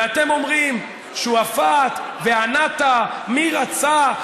ואתם אומרים: שועפאט וענתא, מי רצה?